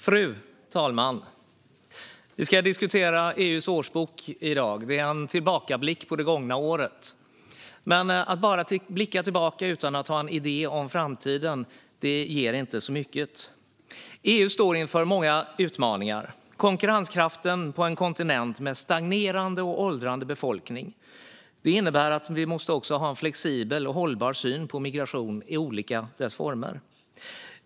Fru talman! Vi ska diskutera EU:s årsbok i dag och göra en tillbakablick på det gångna året. Men att bara blicka tillbaka utan att ha en idé om framtiden ger inte så mycket. EU står inför många utmaningar. Konkurrenskraften på en kontinent med en stagnerande och åldrande befolkning påverkas, och det innebär att vi måste ha en flexibel och hållbar syn på migration i alla dess olika former.